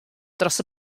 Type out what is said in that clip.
dros